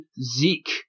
Zeke